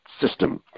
system